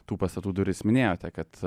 tų pastatų duris minėjote kad